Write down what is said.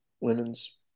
women's